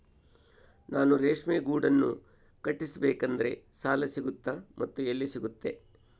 ನಾನು ರೇಷ್ಮೆ ಗೂಡನ್ನು ಕಟ್ಟಿಸ್ಬೇಕಂದ್ರೆ ಸಾಲ ಸಿಗುತ್ತಾ ಮತ್ತೆ ಎಲ್ಲಿ ಸಿಗುತ್ತೆ?